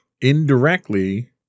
Indirectly